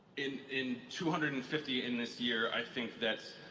in in two hundred and fifty in this year, i think that